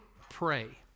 pray